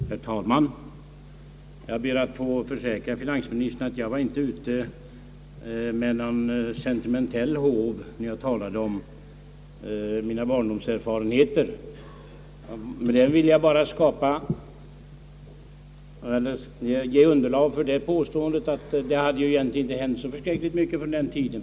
Herr talman! Jag ber att få försäkra finansministern att jag inte var ute med någon sentimentalitetens håv när jag talade om mina barndomserfarenheter. Jag ville bara ge underlag för påståendet att det egentligen inte har hänt så förskräckligt mycket sedan den tiden.